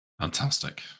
Fantastic